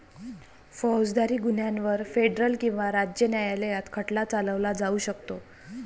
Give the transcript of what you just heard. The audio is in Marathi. फौजदारी गुन्ह्यांवर फेडरल किंवा राज्य न्यायालयात खटला चालवला जाऊ शकतो